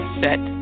set